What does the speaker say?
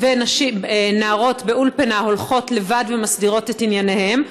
ונערות האולפנה הולכות לבד ומסדירות את ענייניהן,